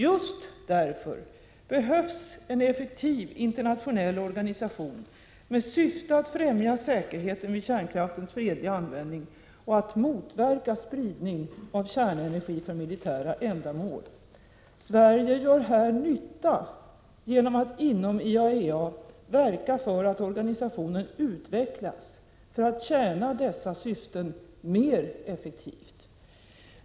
Just därför behövs en effektiv internationell organisation med syfte att främja säkerheten vid kärnkraftens fredliga användning och att motverka spridning av kärnenergi för militära ändamål. Sverige gör här nytta genom att inom IAEA verka för att organisationen utvecklas för att tjäna dessa syften mer effektivt.